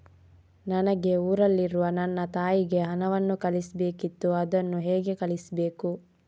ನನಗೆ ಊರಲ್ಲಿರುವ ನನ್ನ ತಾಯಿಗೆ ಹಣವನ್ನು ಕಳಿಸ್ಬೇಕಿತ್ತು, ಅದನ್ನು ಹೇಗೆ ಕಳಿಸ್ಬೇಕು?